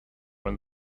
when